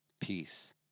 peace